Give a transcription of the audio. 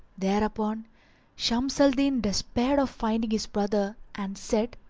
thereupon shams al-din despaired of finding his brother and said,